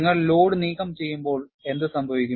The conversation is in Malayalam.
നിങ്ങൾ ലോഡ് നീക്കംചെയ്യുമ്പോൾ എന്ത് സംഭവിക്കും